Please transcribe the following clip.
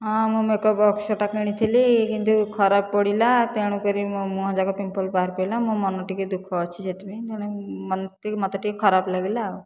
ହଁ ମୁଁ ମେକପ ବକ୍ସଟା କିଣିଥିଲି କିନ୍ତୁ ଖରାପ ପଡ଼ିଲା ତେଣୁକରି ମୋ ମୁହଁ ଯାକ ପିମ୍ପଲ ବାହାରି ପଇଲା ମୋ ମନ ଟିକିଏ ଦୁଃଖ ଅଛି ସେଥିପାଇଁ କାହିଁକିନା ମାନେ ମୋତେ ଟିକିଏ ଖରାପ ଲାଗିଲା ଆଉ